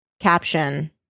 Caption